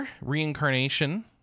Reincarnation